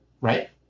right